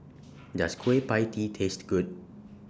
Does Kueh PIE Tee Taste Good